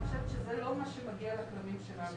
אני חושבת שזה לא מה שמגיע לכלבים שלנו.